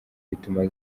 bituma